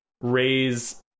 raise